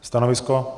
Stanovisko?